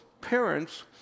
parents